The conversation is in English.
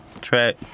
track